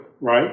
right